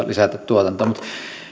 lisätä tuotantoa mutta